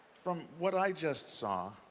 from what i just saw,